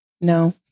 no